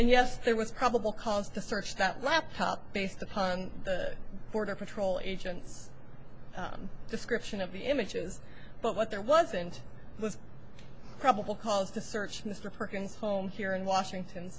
yes there was probable cause to search that laptop based upon the border patrol agents description of the images but what there wasn't was probable cause to search mr perkins home here in washington